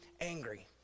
angry